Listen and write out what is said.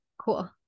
cool